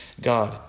God